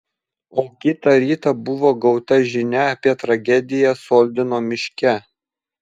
o kitą rytą buvo gauta žinia apie tragediją soldino miške